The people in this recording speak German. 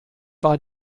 war